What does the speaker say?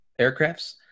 aircrafts